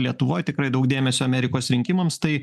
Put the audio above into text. lietuvoj tikrai daug dėmesio amerikos rinkimams tai